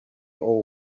all